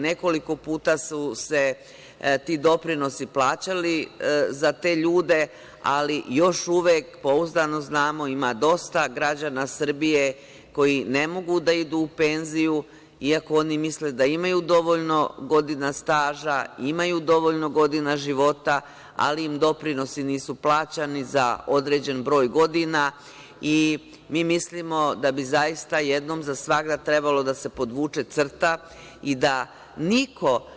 Nekoliko puta su se ti doprinosi plaćali za te ljude, ali još uvek pouzdano znamo, ima dosta građana Srbije koji ne mogu da idu u penziju iako oni misle da imaju dovoljno godina staža, imaju dovoljno godina života, ali im doprinosi nisu plaćani za određen broj godina i mi mislimo da bi zaista jednom za svagda trebalo da se podvuče crta i da niko…